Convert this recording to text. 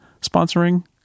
sponsoring